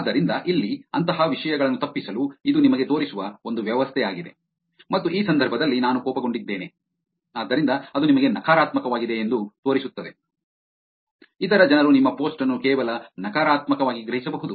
ಆದ್ದರಿಂದ ಇಲ್ಲಿ ಅಂತಹ ವಿಷಯಗಳನ್ನು ತಪ್ಪಿಸಲು ಇದು ನಿಮಗೆ ತೋರಿಸುವ ಒಂದು ವ್ಯವಸ್ಥೆ ಆಗಿದೆ ಮತ್ತು ಈ ಸಂದರ್ಭದಲ್ಲಿ ನಾನು ಕೋಪಗೊಂಡಿದ್ದೇನೆ ಆದ್ದರಿಂದ ಅದು ನಿಮಗೆ ನಕಾರಾತ್ಮಕವಾಗಿದೆ ಎಂದು ತೋರಿಸುತ್ತದೆ ಇತರ ಜನರು ನಿಮ್ಮ ಪೋಸ್ಟ್ ಅನ್ನು ಕೇವಲ ನಕಾರಾತ್ಮಕವಾಗಿ ಗ್ರಹಿಸಬಹುದು